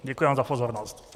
Děkuji vám za pozornost.